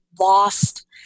lost